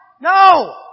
No